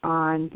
on